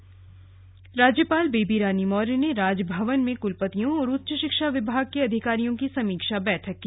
राज्यपाल समीक्षा राज्यपाल बेबी रानी मौर्य ने राजभवन में कुलपतियों और उच्च शिक्षा विभाग के अधिकारियों की समीक्षा बैठक की